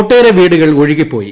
ഒട്ടേറെ വീടുകൾ ഒഴുകിപ്പോയി